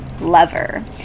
Lover